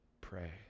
pray